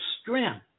strength